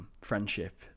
friendship